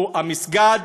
הוא מסגד,